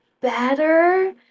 better